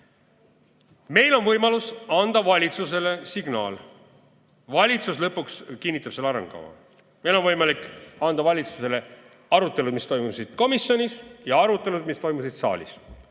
Meil on võimalus anda valitsusele signaal. Valitsus lõpuks kinnitab selle arengukava. Meil on võimalik anda valitsusele arutelud, mis toimusid komisjonis, ja arutelud, mis toimusid saalis.